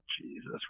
Jesus